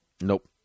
Nope